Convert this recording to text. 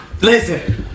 Listen